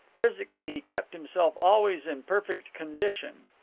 physically, he kept himself always in perfect condition.